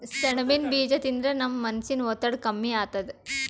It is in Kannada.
ಸೆಣಬಿನ್ ಬೀಜಾ ತಿಂದ್ರ ನಮ್ ಮನಸಿನ್ ಒತ್ತಡ್ ಕಮ್ಮಿ ಆತದ್